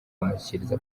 bamushyikiriza